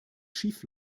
schief